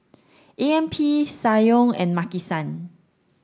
A M P Ssangyong and Maki san